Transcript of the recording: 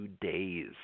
days